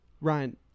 Ryan